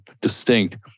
distinct